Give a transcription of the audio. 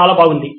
చాలా బాగుంది